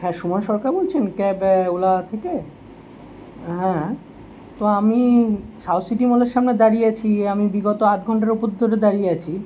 হ্যাঁ সুমন সরকার বলছেন cab driver Ola থেকে হ্যাঁ তো আমি সাউথ সিটি মলের সামনে দাঁড়িয়ে আছি আমি বিগত আধ ঘন্টার ওপর ধরে দাঁড়িয়ে আছি